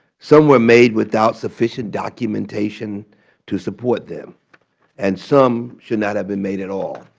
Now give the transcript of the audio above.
some were made without sufficient documentation to support them and some should not have been made at all.